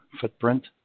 footprint